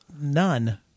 None